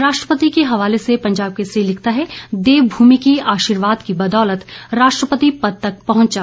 राष्ट्रपति के हवाले से पंजाब केसरी लिखता है देवमूमि के आशीर्वाद की बदौलत राष्ट्रपति पद तक पहुंचा